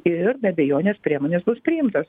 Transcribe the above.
ir be abejonės priemonės bus priimtos